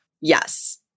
Yes